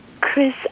Chris